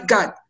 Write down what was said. God